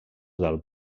del